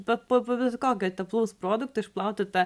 bet po po bet kokio teplaus produkto išplauti tą